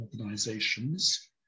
organizations